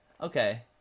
Okay